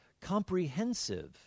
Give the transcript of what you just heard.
comprehensive